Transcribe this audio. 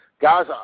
guys